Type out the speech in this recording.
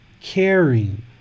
caring